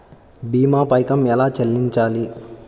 భీమా పైకం ఎలా చెల్లించాలి?